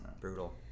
brutal